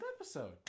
episode